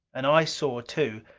and i saw too,